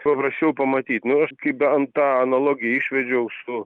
paprasčiau pamatyti nu aš kaip bent tą analogiją išvedžiau su